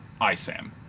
Isam